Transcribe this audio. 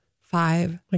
five